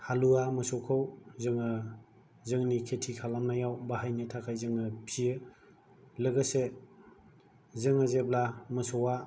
हालुवा मोसौखौ जोङो जोंनि खेथि खालामनायाव बाहायनो थाखाय जोङो फियो लोगोसे जोङो जेब्ला मोसौवा